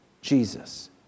Jesus